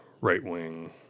right-wing